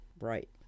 Right